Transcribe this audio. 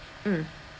mm